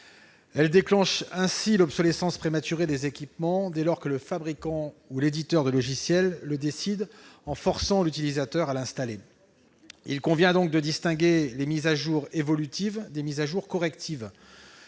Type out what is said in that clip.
Elles déclenchent l'obsolescence prématurée des équipements, dès lors que le fabricant ou l'éditeur de logiciels le décide en forçant l'utilisateur à procéder à ces mises à jour. Il convient de distinguer les mises à jour correctives des mises à jour évolutives.